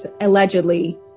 allegedly